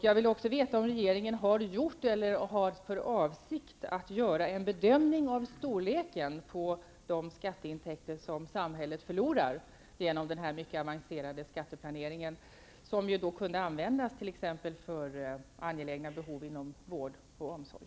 Jag vill också veta om regeringen har gjort eller har för avsikt att göra en bedömning av storleken på de skatteintäkter som samhället förlorar genom den här mycket avancerade skatteplaneringen, intäkter som kunde användas för t.ex. angelägna behov inom vård och omsorg.